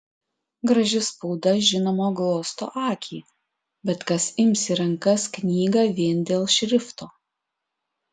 graži spauda žinoma glosto akį bet kas ims į rankas knygą vien dėl šrifto